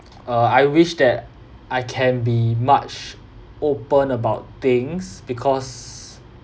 uh I wish that I can be much open about things because